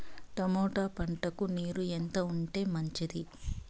Tomato పంటకు నీరు ఎంత ఉంటే మంచిది?